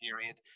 period